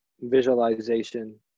visualization